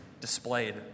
displayed